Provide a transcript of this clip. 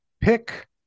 Pick